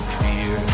fear